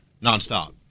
nonstop